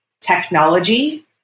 technology